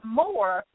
more